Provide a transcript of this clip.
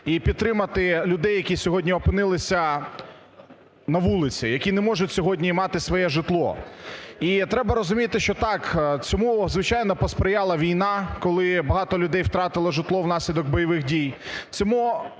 і підтримати людей, які сьогодні опинилися на вулиці, які не можуть сьогодні мати своє житло. І треба розуміти, що так, цьому, звичайно, посприяла війна, коли багато людей втратили житло внаслідок бойових дій,